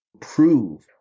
prove